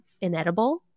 inedible